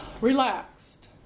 relaxed